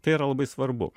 tai yra labai svarbu